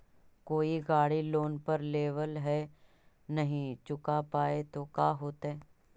कोई गाड़ी लोन पर लेबल है नही चुका पाए तो का होतई?